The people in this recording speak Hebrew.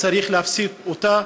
צריך להפסיק אותה.